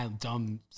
dumb